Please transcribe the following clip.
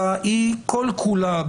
אלא היא כל כולה,